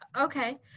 Okay